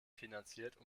finanziert